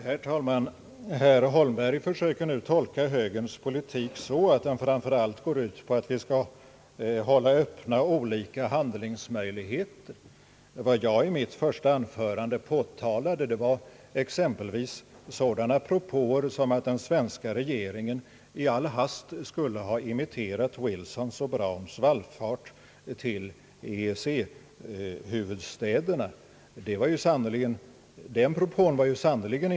Herr talman! Herr Holmberg försöker nu tolka högerns politik så, att den framför allt går ut på att vi skall hålla olika handlingsmöjligheter öppna. " Vad jag i mitt första anförande påtalade var exempelvis sådana propåer som att den svenska regeringen i all hast skulle ha imiterat Wilsons och Browns vallfart till EEC-huvudstäderna. Den propån var sannerligen.